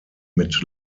mit